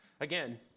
Again